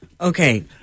Okay